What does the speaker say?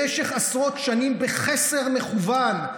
במשך עשרות שנים בחסר מכוון.